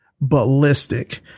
ballistic